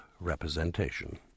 representation